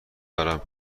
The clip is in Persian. دارم